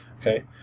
okay